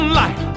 life